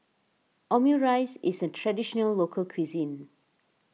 Omurice is a Traditional Local Cuisine